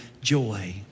joy